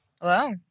Hello